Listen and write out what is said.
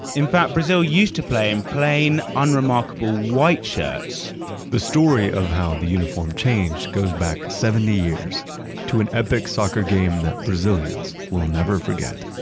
in fact, brazil used to play in plain unremarkable white shirts the story of how the uniform changed goes back seventy years to an epic soccer game that brazilians will never forget.